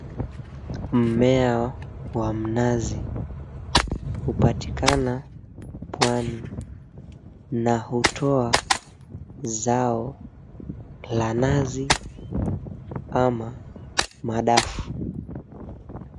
Mmea wa mnazi hupatikana pwani na hutoa zao la nazi ama madafu.